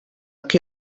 que